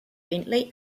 bentley